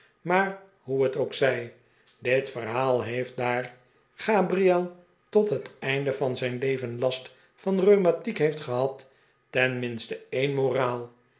maar hoe het ook zij dit verhaal heeft daar gabriel tot het einde van zijn leven last van rheumatiek heeft gehad ten minste een mpraal